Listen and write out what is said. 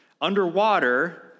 underwater